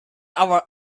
our